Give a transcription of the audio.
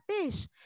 fish